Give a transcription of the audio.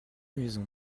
maisons